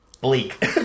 bleak